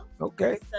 Okay